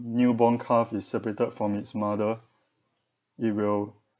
newborn calf is separated from its mother it will